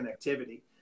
connectivity